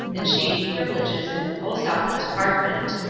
and shady privileges in the post-office department.